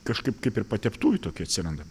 kažkaip kaip ir pateptųjų tokia atsiranda